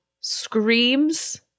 screams